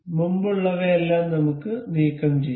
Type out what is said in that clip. മുമ്പുള്ളവയെല്ലാം നമുക്ക് നീക്കംചെയ്യാം